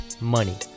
Money